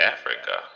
Africa